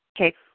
Okay